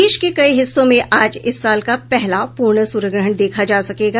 देश के कई हिस्सों में आज इस साल का पहला पूर्ण सूर्यग्रहण देखा जा सकेगा